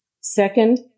Second